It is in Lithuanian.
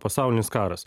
pasaulinis karas